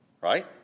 right